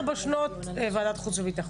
תאמין לי יש לי ארבע שנות וועדת חוץ וביטחון.